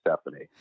Stephanie